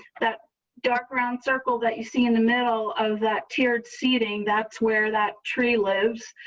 that dark round circle that you see in the middle of that tiered seating. that's where that tree lives.